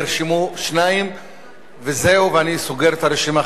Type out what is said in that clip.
נרשמו שניים, וזהו, ואני סוגר את הרשימה.